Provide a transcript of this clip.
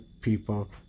people